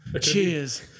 Cheers